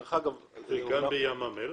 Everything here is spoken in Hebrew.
גם בים המלח?